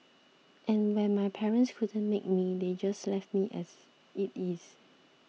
and when my parents couldn't make me they just left me as it is